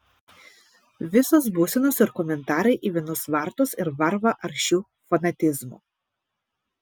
visos būsenos ir komentarai į vienus vartus ir varva aršiu fanatizmu